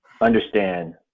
understand